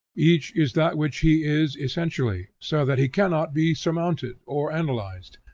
each is that which he is essentially, so that he cannot be surmounted or analyzed,